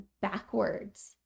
backwards